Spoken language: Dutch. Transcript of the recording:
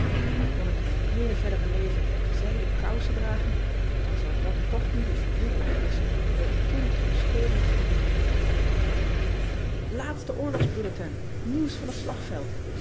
l kon ik mijn heele verdere leven zijden kousen dragen dan zou dat toch niet het verdriet uitwisschen dat ik toen op school heb geleden aatste oorlogsbulletin ieuws van het slagveld